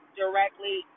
directly